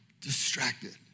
distracted